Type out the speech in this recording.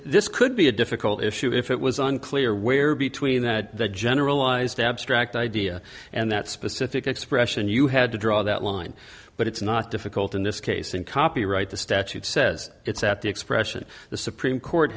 this could be a difficult issue if it was unclear where between that the generalized abstract idea and that specific expression you had to draw that line but it's not difficult in this case in copyright the statute says it's at the expression the supreme court